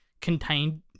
contained